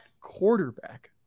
quarterback